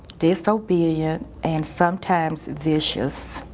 disobedient, and sometimes vicious.